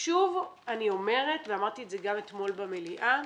שוב אני אומרת, ואמרתי את זה גם אתמול במליאה,